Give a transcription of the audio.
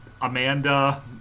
Amanda